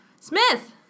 Smith